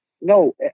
no